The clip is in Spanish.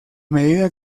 medida